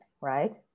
right